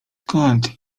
skąd